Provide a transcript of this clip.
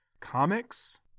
comics